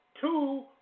Two